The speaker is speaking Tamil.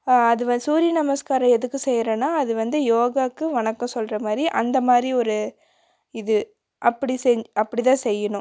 அது வ சூரிய நமஸ்க்காரம் எதுக்கு செய்கிறோன்னா அது வந்து யோகாக்கு வணக்கம் சொல்கிற மாதிரி அந்த மாதிரி ஒரு இது அப்படி செஞ் அப்படி தான் செய்யணும்